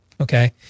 Okay